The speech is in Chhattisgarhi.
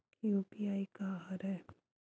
यू.पी.आई का हरय?